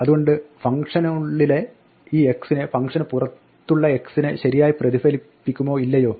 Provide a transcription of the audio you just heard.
അതുകൊണ്ട് ഫംഗ്ഷനുള്ളിലെ ഈ x ഫംഗ്ഷന് പുറത്തുള്ള x നെ ശരിയായി പ്രതിഫലിപ്പിക്കുമോ ഇല്ലയോ